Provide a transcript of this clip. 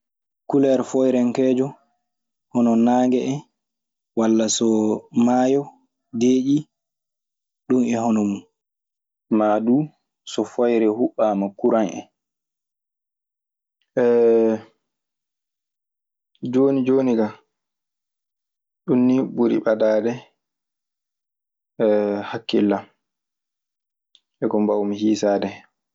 Kuleer fooyrankeejo hono naange en walla so maayo deeƴii. Ɗun e hono mun. Maa duu so foyre huɓɓaama kuran en. Jooni jooni kaa, ɗun nii ɓuri ɓadaade hakkillan, e ko mbawmi hiisaade.